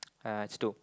uh